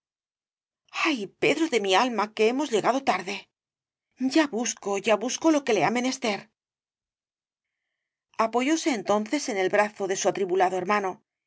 ay pedro de mi alma que hemos llegado tarde ya buscó ya buscó lo que le ha menester apoyóse entonces en el brazo de su atribulado hermano